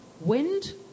Wind